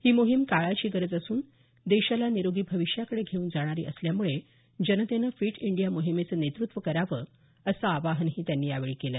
ही मोहीम काळाची गरज असून देशाला निरोगी भविष्याकडे घेऊन जाणारी असल्यामुळे जनतेनं फिट इंडिया मोहिमेचं नेत्रत्व करावं असं आवाहनही त्यांनी यावेळी केलं